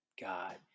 God